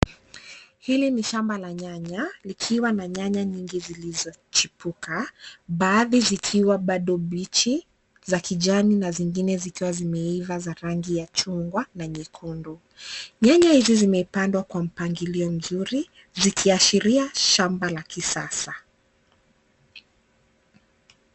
Hili ni shamba la nyanya likiwa na nyanya nyingi zilizochipuka. Baadhi zikiwa bado mbichi za kijani na zingine zikiwa zimeiva za rangi ya chungwa na nyekundu. Nyanya hizi zimepangwa kwa mpangilio mzuri, likiashiria shamba la kisasa.